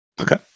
Okay